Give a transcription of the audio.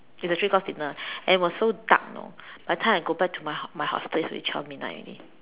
it is a three course dinner and it was so dark you know by the time I go back to my my hostel it's already twelve midnight already